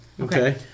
Okay